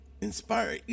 inspire